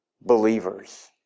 believers